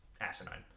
Asinine